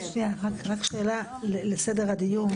כן, שנייה, רק שאלה על סדר הדיון.